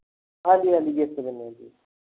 ਹਾਂਜੀ ਹਾਂਜੀ ਗਿਫਟ ਦਿੰਦੇ ਹਾਂ ਜੀ